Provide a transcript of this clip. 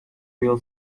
will